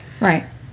Right